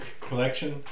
collection